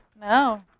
No